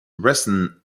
resin